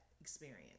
experience